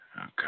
Okay